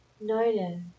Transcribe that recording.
Notice